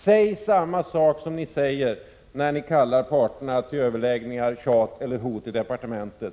Säg samma sak som ni säger när ni kallar parterna till överläggningar, tjat eller hot i departementet.